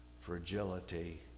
fragility